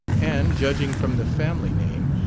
and, judging from the family name,